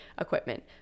equipment